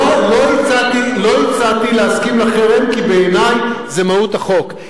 לא הצעתי להסכים לחרם, כי בעיני זו מהות החוק.